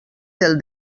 del